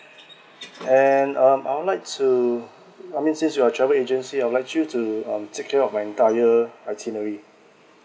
and um I would like to I mean since you are travel agency I would like you to um take care of my entire itinerary